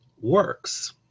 works